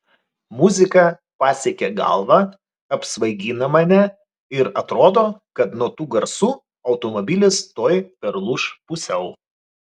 muzika pasiekia galvą apsvaigina mane ir atrodo kad nuo tų garsų automobilis tuoj perlūš pusiau